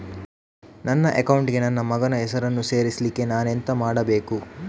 ನನ್ನ ಅಕೌಂಟ್ ಗೆ ನನ್ನ ಮಗನ ಹೆಸರನ್ನು ಸೇರಿಸ್ಲಿಕ್ಕೆ ನಾನೆಂತ ಮಾಡಬೇಕು?